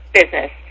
business